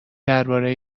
درباره